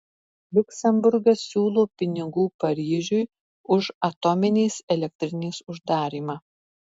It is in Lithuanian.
liuksemburgas siūlo pinigų paryžiui už atominės elektrinės uždarymą